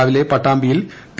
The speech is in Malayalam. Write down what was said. രാവിലെ പട്ടാമ്പിയിൽ പി